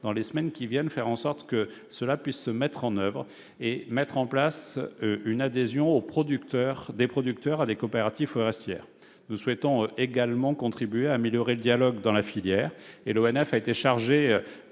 dans les semaines qui viennent, faire en sorte que cela puisse se mettre en oeuvre, et mettre en place une adhésion des producteurs à des coopératives forestières. Nous voulons également contribuer à améliorer le dialogue dans la filière. L'ONF a été chargé